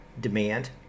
demand